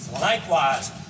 Likewise